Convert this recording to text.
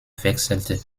wechselte